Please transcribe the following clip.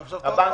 לא יכול